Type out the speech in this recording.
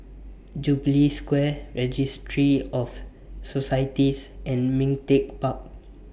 Jubilee Square Registry of Societies and Ming Teck Park